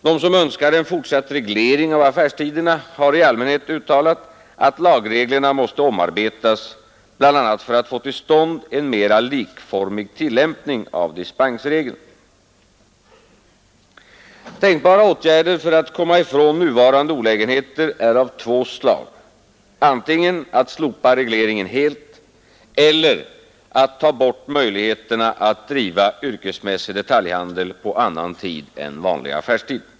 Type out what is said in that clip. De som önskar en fortsatt reglering av affärstiderna har i allmänhet uttalat att lagreglerna måste omarbetas, bl.a. för att få till stånd en mera likformig tillämpning av dispensregeln. Tänkbara åtgärder för att komma ifrån nuvarande olägenheter är av två slag: antingen att slopa regleringen helt eller att ta bort möjligheterna att driva yrkesmässig detaljhandel på annan tid än vanlig affärstid.